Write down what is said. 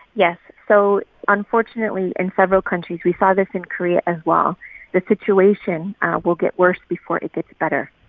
yes. so unfortunately, in several countries we saw this in korea as well the situation will get worse before it gets better.